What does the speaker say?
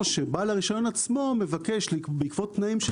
או שבעל הרישיון עצמו מבקש בעקבות תנאים,